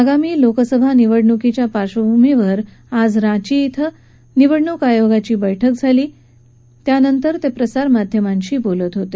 आगामी लोकसभाच्या निवडणुकीच्या पार्श्वभूमीवर आज रांची श्वें निवडणुक आयोगाची बैठक झाली त्यानंतर ते माध्यमांशी बोलत होते